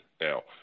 now